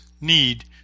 need